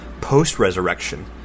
post-resurrection